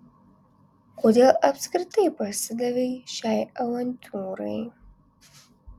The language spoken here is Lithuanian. kodėl apskritai pasidavei šiai avantiūrai